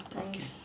okay